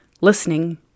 listening